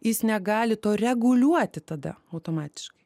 jis negali to reguliuoti tada automatiškai